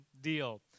deal